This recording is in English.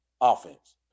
offense